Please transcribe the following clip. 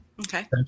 Okay